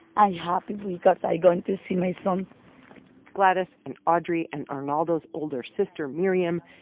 ah happy because i'm going to see my son gladys and audrey and arnaldo's older sister, miriam,